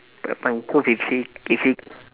but but you told vivi david